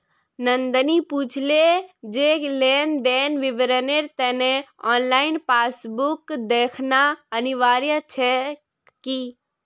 नंदनी पूछले जे लेन देनेर विवरनेर त न ऑनलाइन पासबुक दखना अनिवार्य छेक की